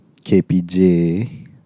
KPJ